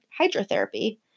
hydrotherapy